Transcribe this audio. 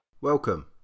Welcome